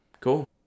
Cool